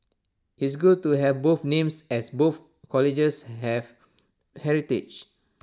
it's good to have both names as both colleges have heritage